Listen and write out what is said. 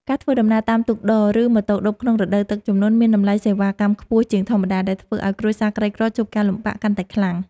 ការធ្វើដំណើរតាមទូកដរ ឬម៉ូតូឌុបក្នុងរដូវទឹកជំនន់ មានតម្លៃសេវាកម្មខ្ពស់ជាងធម្មតា ដែលធ្វើឱ្យគ្រួសារក្រីក្រជួបការលំបាកកាន់តែខ្លាំង។